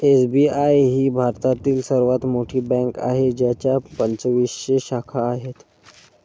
SBI ही भारतातील सर्वात मोठी बँक आहे ज्याच्या पंचवीसशे शाखा आहेत